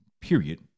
period